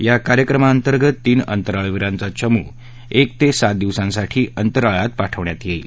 या कार्यक्रमाअंतर्गत तीन अंतराळवीराचा चमू एक ते सात दिवसांसाठी अंतराळात पाठवण्यात येणार आहे